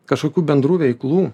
kažkokių bendrų veiklų